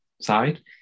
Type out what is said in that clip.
side